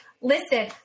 listen